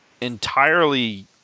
entirely